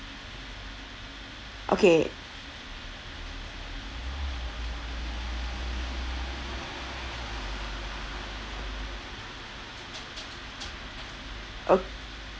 okay okay